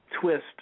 twist